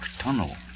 tunnel